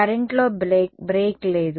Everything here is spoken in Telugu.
కరెంట్ లో బ్రేక్ లేదు